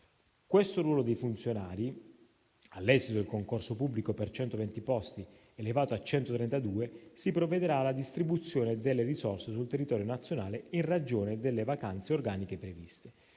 Per il ruolo di funzionari, all'esito del concorso pubblico per 120 posti, elevati a 132, si provvederà alla distribuzione delle risorse sul territorio nazionale in ragione delle vacanze organiche previste.